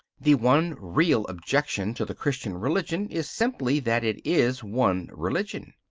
the one real objection to the christian religion is simply that it is one religion.